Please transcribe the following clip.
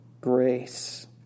grace